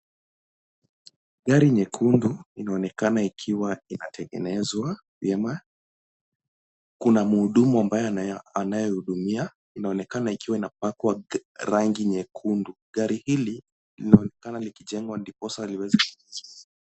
Gari nyekundu inaonekana ikiwa inatengenezwa vyema. Kuna mhudumu ambaye anaye, anayehudumia. Inaonekana ikiwa inapakwa rangi nyekundu. Gari hili linaonekana likijengwa ndiposa liwezeku.